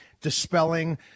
dispelling